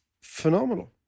phenomenal